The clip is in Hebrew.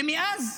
ומאז